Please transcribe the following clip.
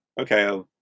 okay